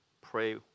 Pray